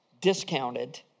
discounted